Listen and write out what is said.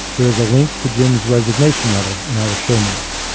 there is a link to jim's resignation letter in our show notes.